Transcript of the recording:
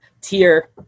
tier